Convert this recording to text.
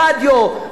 ברדיו,